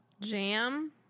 Jam